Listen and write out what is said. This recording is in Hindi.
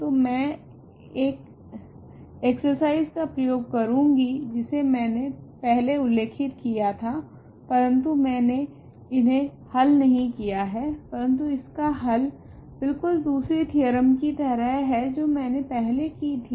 तो मैं एक एक्सर्साइज़ का प्रयोग करूंगी जिसे मैंने पहले उल्लेखित किया था परंतु मैंने इन्हे हल नहीं किया है परंतु इसका हल बिलकुल दूसरी थेओरेम की तरह है जो मैंने पहले की थी